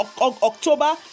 october